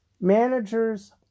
Managers